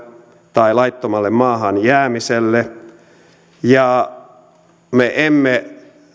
tai laittomalle maahan jäämiselle me emme